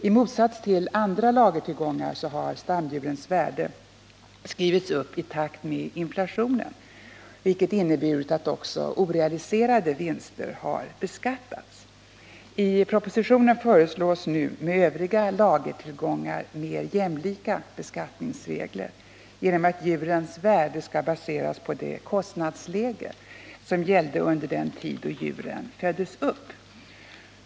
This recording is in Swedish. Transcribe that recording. I motsats till andra lagertillgångar har stamdjurens värde skrivits upp i takt med inflationen, vilket inneburit att också orealiserade vinster har beskattats. I propositionen föreslås nu med övriga lagertillgångar mer jämlika beskattningsregler genom att djurens värde skall baseras på det kostnadsläge som gällde under den tid då djuren föddes upp.